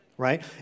Right